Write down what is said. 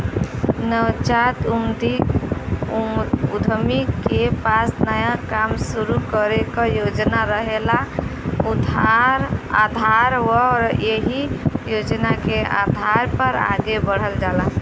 नवजात उद्यमी के पास नया काम शुरू करे क योजना रहेला आउर उ एहि योजना के आधार पर आगे बढ़ल जाला